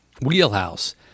wheelhouse